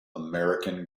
american